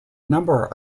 number